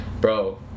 bro